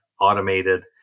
automated